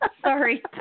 Sorry